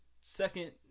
Second